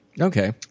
Okay